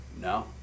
No